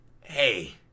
Hey